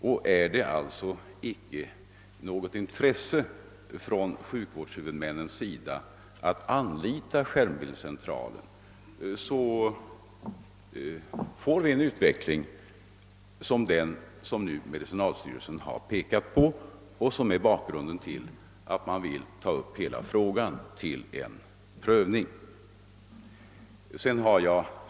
Om det föreligger ett begränsat intresse från sjukvårdshuvudmännens sida att anlita skärmbildscentralen, får vi en utveckling som den som nu medicinalstyrelsen har pekat på och som är bakgrunden till att man vill ta upp hela frågan till prövning. Herr talman!